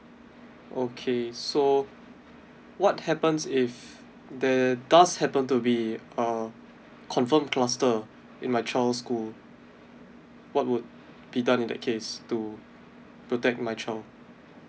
okay so what happens if the does happen to be uh confirmed cluster in my child's school what would be done in that case to protect my child